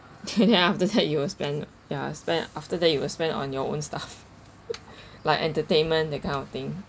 then then after that you will spend ya spend after that you spend on your own stuff like entertainment that kind of thing